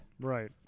Right